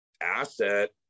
asset